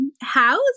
house